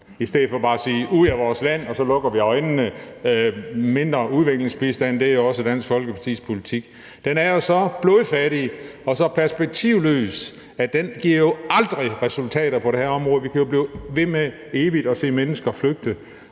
i stedet for bare at sige, at de skal ud af vores land, og så lukke øjnene. Mindre udviklingsbistand er også Dansk Folkepartis politik. Den er jo så blodfattig og så perspektivløs, at den aldrig giver resultater på det her område. Vi kan jo blive ved med evigt at se mennesker flygte,